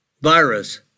Virus